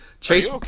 Chase